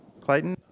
Clayton